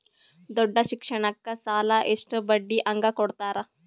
ದೊಡ್ಡ ಶಿಕ್ಷಣಕ್ಕ ಸಾಲ ಎಷ್ಟ ಬಡ್ಡಿ ಹಂಗ ಕೊಡ್ತಾರ?